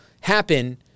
happen